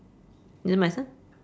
is it my turn